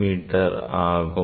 me ஆகும்